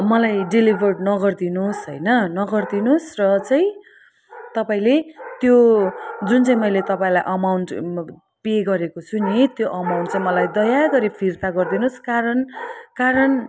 मलाई डेलिभर नगरिदिनुहोस् होइन नगरिदिनुहोस् र चाहिँ तपाईँले त्यो जुन चाहिँ मैले तपाईँलाई अमाउन्ट पे गरेको छु नि त्यो अमाउन्ट चाहिँ मलाई दया गरी फिर्ता गरिदिनुहोस् कारण कारण